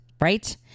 Right